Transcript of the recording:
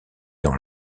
dans